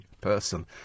person